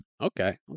Okay